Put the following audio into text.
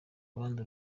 abandi